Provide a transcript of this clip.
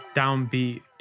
downbeat